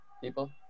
people